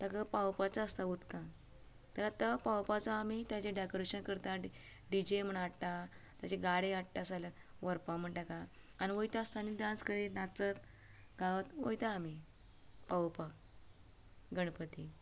तेका पावोवपाचो आसता उदकांत तर तो पावोवपाचो आमी तेजें डेकोरेशन करतात डिजे म्हण हाडटा तेज्यो गाडे हाडटा सगले व्हरपाक म्हण तेका आनी वयता आसतना डान्स करीत नाचत गायत वयता आमी पावोवपाक गणपतीक